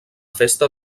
festa